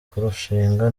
kurushinga